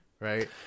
right